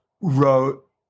wrote